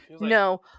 No